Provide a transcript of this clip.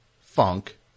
Funk